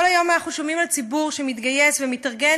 כל היום אנחנו שומעים על ציבור שמתגייס ומתארגן